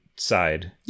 side